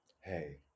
hey